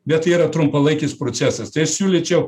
bet tai yra trumpalaikis procesas tai aš siūlyčiau